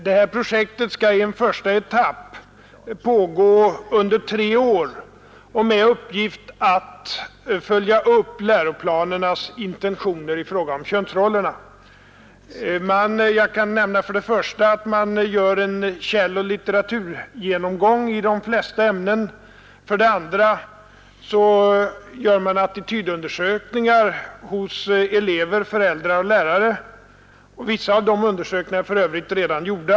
Det här projektet skall i en första etapp pågå under tre år och ha till uppgift att följa upp läroplanernas intentioner i fråga om könsrollerna. Jag kan nämna att man för det första gör en källoch litteraturgenomgång i de flesta ämnen. För det andra gör man attitydundersökningar hos elever, föräldrar och lärare. Vissa av de undersökningarna är för övrigt redan gjorda.